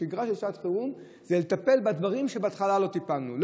השגרה של שעת חירום זה לטפל בדברים שבהתחלה לא טיפלנו בהם,